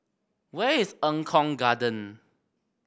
where is Eng Kong Garden